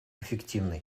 эффективной